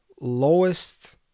lowest